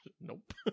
Nope